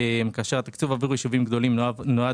כאשר התקציב עבור ישובים גדולים נועד